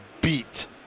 beat